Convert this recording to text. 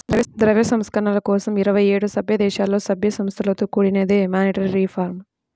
ద్రవ్య సంస్కరణల కోసం ఇరవై ఏడు సభ్యదేశాలలో, సభ్య సంస్థలతో కూడినదే మానిటరీ రిఫార్మ్